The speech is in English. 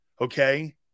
Okay